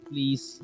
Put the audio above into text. Please